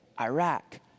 Iraq